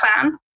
plan